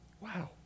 Wow